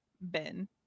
Ben